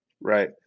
Right